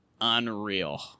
Unreal